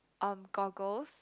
um goggles